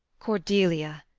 cordelia,